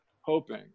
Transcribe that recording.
hoping